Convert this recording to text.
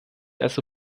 also